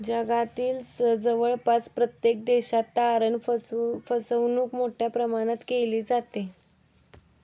जगातील जवळपास प्रत्येक देशात तारण फसवणूक मोठ्या प्रमाणात केली जाते